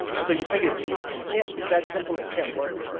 so you think it it can't be that simple, it can't work.